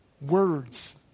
words